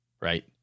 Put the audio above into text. right